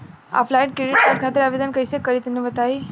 Offline credit card खातिर आवेदन कइसे करि तनि बताई?